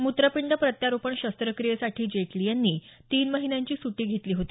मूत्रपिंड प्रत्यारोपण शस्त्रक्रियेसाठी जेटली यांनी तीन महिन्यांची सुटी घेतली होती